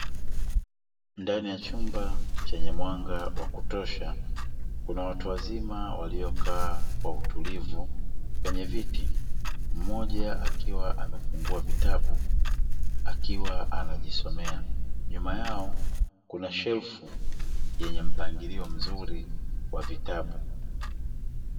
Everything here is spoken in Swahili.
Ndani ya chumba chenye mwanga wa kutosha kuna watu wazima waliokaa kwa utulivu kwenye viti mmoja akiwa amefungua kitabu akiwa anajisomea, nyuma yao kuna shelfu yenye mpangilio mzuri wa vitabu.